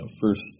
first